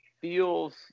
feels